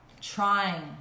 trying